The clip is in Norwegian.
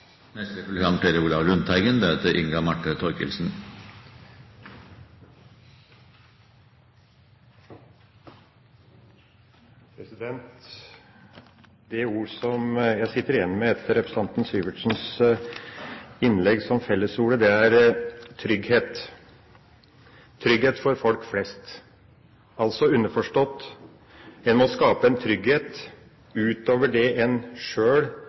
Det ord som jeg sitter igjen med etter representanten Syversens innlegg som fellesordet, er «trygghet» – trygghet for folk flest. Altså underforstått: En må skape en trygghet utover det en sjøl